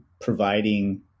providing